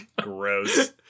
Gross